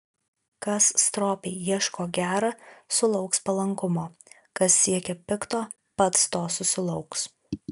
kas stropiai ieško gera sulauks palankumo kas siekia pikto pats to susilauks